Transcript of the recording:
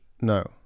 no